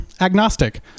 agnostic